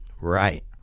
Right